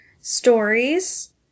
stories